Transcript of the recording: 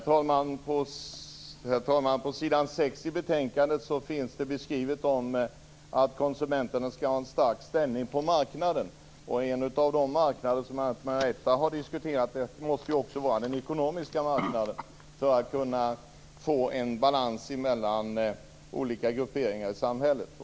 Herr talman! På s. 6 i betänkandet finns det beskrivet att konsumenterna skall ha en stark ställning på marknaden. En av de marknader som bl.a. Marietta de Pourbaix-Lundin har diskuterat måste också vara den ekonomiska marknaden. Man måste kunna få en balans mellan olika grupperingar i samhället.